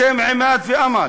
בשם עימאד ואמל,